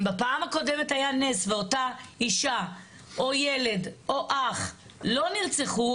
אם בפעם הקודמת היה נס ואותה אישה או ילד או אח לא נרצחו,